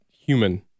human